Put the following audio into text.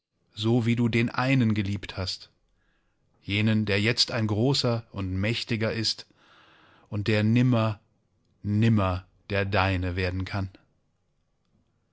so wie du den einen geliebt hast jenen der jetzt ein großer und mächtiger ist und der nimmer nimmer der deine werden kann